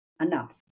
enough